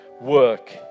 work